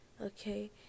okay